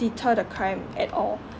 deter the crime at all